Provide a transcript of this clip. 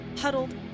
huddled